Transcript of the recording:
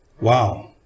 Wow